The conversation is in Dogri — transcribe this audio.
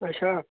अच्छा